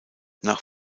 nach